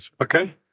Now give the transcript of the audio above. Okay